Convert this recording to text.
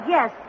Yes